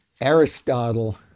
Aristotle